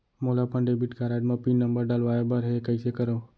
मोला अपन debit card म पिन नंबर डलवाय बर हे कइसे करव?